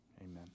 Amen